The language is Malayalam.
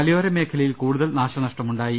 മലയോര മേഖലയിൽ കൂടുതൽ നാശന ഷ്ടമുണ്ടായി